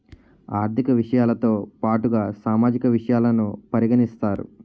ఆర్థిక విషయాలతో పాటుగా సామాజిక విషయాలను పరిగణిస్తారు